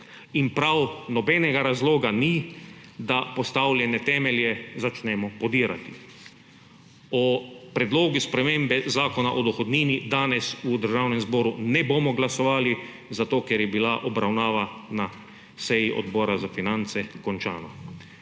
in prav nobenega razloga ni, da postavljene temelje začnemo podirati. O predlogu spremembe Zakona o dohodnini danes v Državnem zboru ne bomo glasovali, zato ker je bila obravnava na seji Odbora za finance končana.